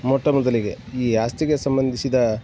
ಮೊಟ್ಟ ಮೊದಲಿಗೆ ಈ ಆಸ್ತಿಗೆ ಸಂಬಂಧಿಸಿದ